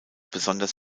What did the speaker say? besonders